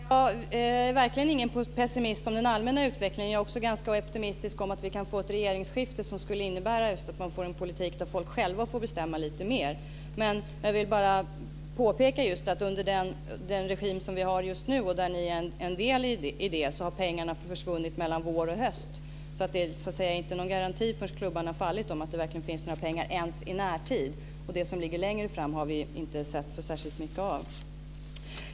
Fru talman! Jag är verkligen ingen pessimist om den allmänna utvecklingen. Jag är också ganska optimistisk att vi kan få ett regeringsskifte som skulle innebära att vi får en politik där människor själva får bestämma lite mer. Jag vill bara påpeka att under den regim som vi har just nu, och som ni är en del i, har pengarna försvunnit mellan vår och höst. Det är inte någon garanti förrän klubban har fallit att det verkligen finns några pengar ens i närtid. Det som ligger längre fram har vi inte sett så särskilt mycket av.